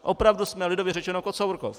Opravdu jsme lidově řečeno Kocourkov.